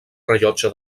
rellotge